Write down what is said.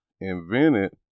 invented